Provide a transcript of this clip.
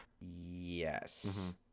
yes